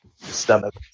stomach